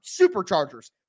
superchargers